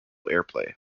airplay